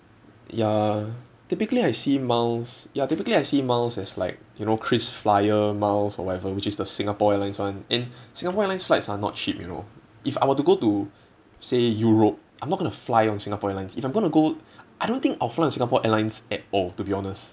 ya typically I see miles ya typically I see miles as like you know krisflyer miles or whatever which is the singapore airlines one and singapore airlines flights are not cheap you know if I were to go to say europe I'm not going to fly on singapore airlines if I'm going to go I don't think I'll fly on singapore airlines at all to be honest